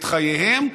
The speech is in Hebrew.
את חייהם,